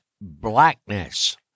Blackness